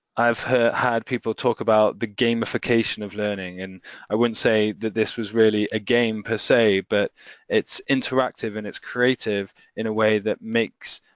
i've had people talk about the gamification of learning and i wouldn't say that this was really a game per se but it's interactive and it's creative in a way that makes